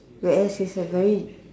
where he is a very